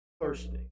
thirsty